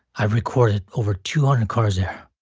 i've recorded over two hundred cars there.